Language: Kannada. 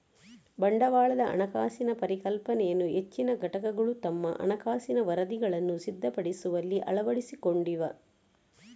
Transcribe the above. ಬಂಡವಾಳದ ಹಣಕಾಸಿನ ಪರಿಕಲ್ಪನೆಯನ್ನು ಹೆಚ್ಚಿನ ಘಟಕಗಳು ತಮ್ಮ ಹಣಕಾಸಿನ ವರದಿಗಳನ್ನು ಸಿದ್ಧಪಡಿಸುವಲ್ಲಿ ಅಳವಡಿಸಿಕೊಂಡಿವೆ